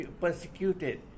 persecuted